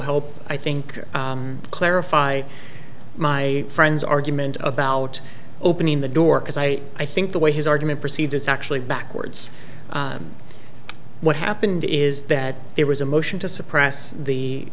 help i think clarify my friend's argument about opening the door because i i think the way his argument proceeds it's actually backwards what happened is that there was a motion to suppress the